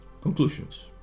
conclusions